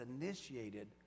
initiated